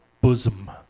bosom